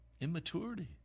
immaturity